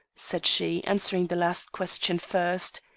said she, answering the last question first,